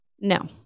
no